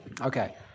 Okay